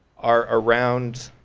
are around,